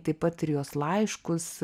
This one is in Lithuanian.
taip pat ir jos laiškus